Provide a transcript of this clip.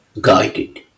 guided